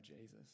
Jesus